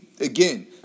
again